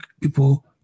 people